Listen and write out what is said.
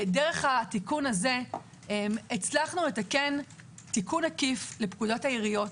דרך התיקון הזה הצלחנו לתקן תיקון עקיף לפקודת העיריות,